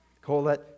Colette